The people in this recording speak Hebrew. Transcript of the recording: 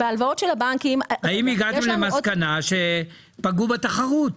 האם הגעתם למסקנה שפגעו בתחרות?